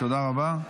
תודה רבה.